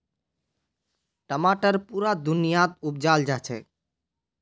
टमाटर पुरा दुनियात उपजाल जाछेक